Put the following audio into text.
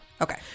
Okay